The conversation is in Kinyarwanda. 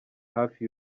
hafi